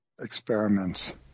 experiments